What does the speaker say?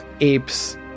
apes